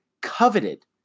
coveted